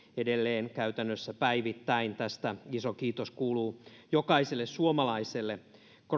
edelleen käytännössä päivittäin tästä iso kiitos kuuluu jokaiselle suomalaiselle